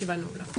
הישיבה נעולה.